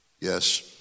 Yes